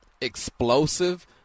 explosive